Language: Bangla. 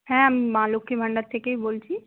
হ্যাঁ আমি মা লক্ষ্মী ভান্ডার থেকেই বলছি